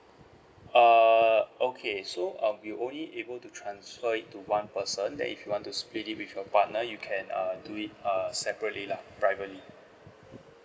err okay so um we only able to transfer it to one person then if you want to split it with your partner you can uh do it uh separately lah privately